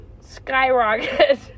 skyrocket